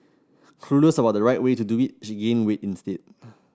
clueless about the right way to do it she gained weight instead